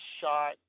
shot